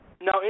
Now